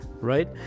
right